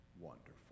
wonderful